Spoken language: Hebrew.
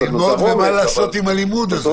מה לעשות עם הלימוד הזה?